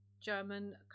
German